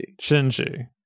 Shinji